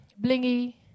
Blingy